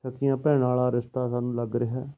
ਸਕੀਆਂ ਭੈਣਾਂ ਵਾਲਾ ਰਿਸ਼ਤਾ ਸਾਨੂੰ ਲੱਗ ਰਿਹਾ